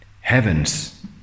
Heavens